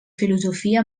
filosofia